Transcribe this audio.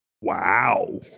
Wow